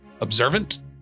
observant